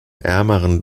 ärmeren